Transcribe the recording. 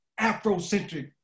Afrocentric